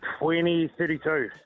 2032